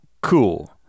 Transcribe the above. cool